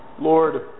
Lord